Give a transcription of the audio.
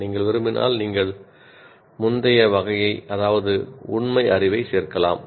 நீங்கள் விரும்பினால் நீங்கள் முந்தைய வகையை அதாவது உண்மை அறிவை சேர்க்கலாம்